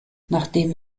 nachdem